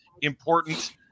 important